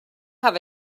have